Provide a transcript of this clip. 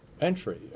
Entry